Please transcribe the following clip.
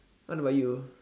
what about you